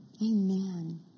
Amen